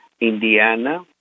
Indiana